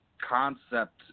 concept